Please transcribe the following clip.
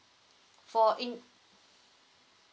for in